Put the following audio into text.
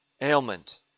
ailment